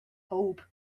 hope